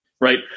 Right